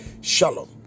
Shalom